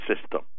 system